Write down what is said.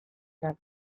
naiz